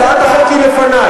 הצעת החוק לפני,